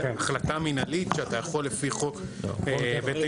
זה החלטה מנהלית שאתה יכול לפי חוק לפנות לבית